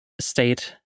state